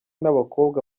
n’abakobwa